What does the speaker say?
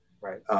Right